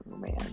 man